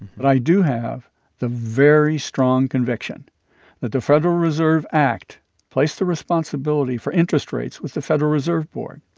but i do have the very strong conviction that the federal reserve act placed the responsibility for interest rates with the federal reserve board.